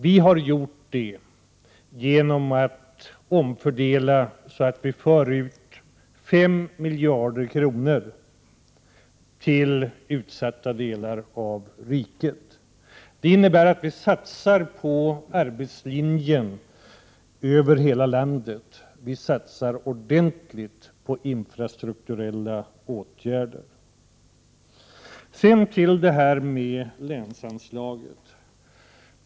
Vi har gjort en omfördelning så att vi för ut 5 miljarder kronor till utsatta delar av riket. Det innebär att vi satsar på arbetslinjen över hela landet, och vi satsar ordentligt på infrastrukturella åtgärder. Så till frågan om länsanslagen.